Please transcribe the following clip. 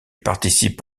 participe